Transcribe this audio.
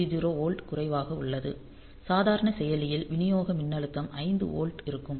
30 volt குறைவாக உள்ளது சாதாரண செயலியில் விநியோக மின்னழுத்தம் 5 வோல்ட் இருக்கும்